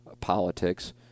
politics